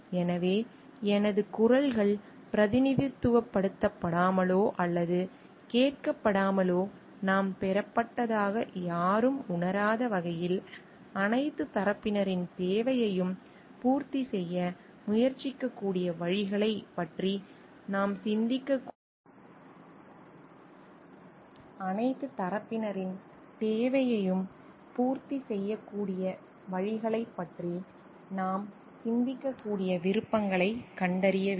எனவே எனது குரல்கள் பிரதிநிதித்துவப்படுத்தப்படாமலோ அல்லது கேட்கப்படாமலோ நாம் பெறப்பட்டதாக யாரும் உணராத வகையில் அனைத்துத் தரப்பினரின் தேவையையும் பூர்த்தி செய்ய முயற்சிக்கக்கூடிய வழிகளைப் பற்றி நாம் சிந்திக்கக்கூடிய விருப்பங்களைக் கண்டறிய வேண்டும்